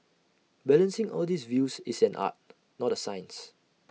balancing all these views is an art not A science